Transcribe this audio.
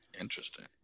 Interesting